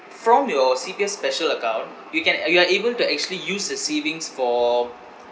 from your C_P_F special account you can a~ you are able to actually use the savings for